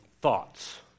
thoughts